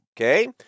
Okay